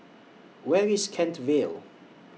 Where IS Kent Vale